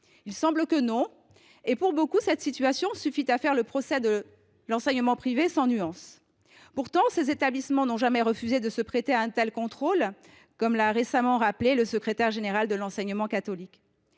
Il semble que non ; or, pour beaucoup, cette situation suffit à instruire sans nuance le procès de l’enseignement privé. Pourtant, ses établissements n’ont jamais refusé de se prêter à un tel contrôle, comme l’a récemment rappelé le secrétaire général de l’enseignement catholique.